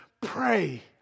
pray